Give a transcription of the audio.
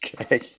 Okay